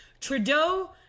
Trudeau